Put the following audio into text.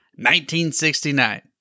1969